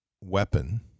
weapon